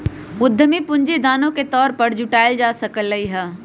उधमी पूंजी दानो के तौर पर जुटाएल जा सकलई ह